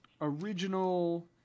original